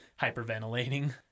hyperventilating